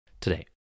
today